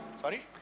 Sorry